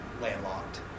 landlocked